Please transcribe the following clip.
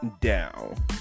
down